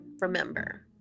remember